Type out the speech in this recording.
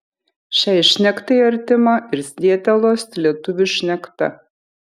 šiai šnektai artima ir zietelos lietuvių šnekta